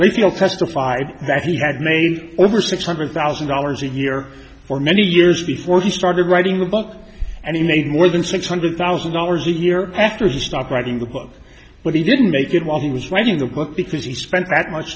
feel testified that he had made over six hundred thousand dollars a year for many years before he started writing the book and he made more than six hundred thousand dollars a year after he stopped writing the book but he didn't make it while he was writing the book because he spent that much